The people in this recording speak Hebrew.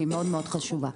שהיא מאוד-מאוד חשובה.